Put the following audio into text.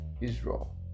Israel